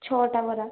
ଛଅଟା ବରା